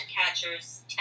catchers